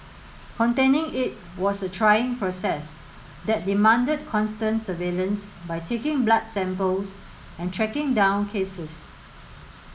containing it was a trying process that demanded constant surveillance by taking blood samples and tracking down cases